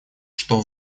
что